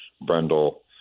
Brendel